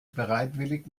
bereitwillig